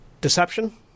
Deception